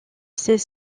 ces